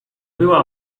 była